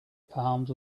palms